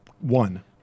One